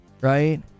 right